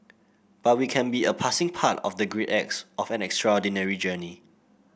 but we can be a passing part of the great acts of an extraordinary journey